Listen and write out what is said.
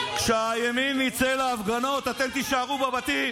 כשהימין יצא להפגנות, אתם תישארו בבתים.